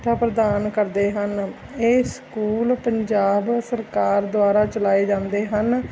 ਲਤਾ ਪ੍ਰਦਾਨ ਕਰਦੇ ਹਨ ਇਹ ਸਕੂਲ ਪੰਜਾਬ ਸਰਕਾਰ ਦੁਆਰਾ ਚਲਾਏ ਜਾਂਦੇ ਹਨ